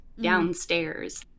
downstairs